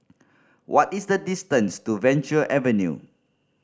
what is the distance to Venture Avenue